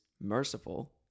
merciful